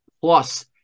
Plus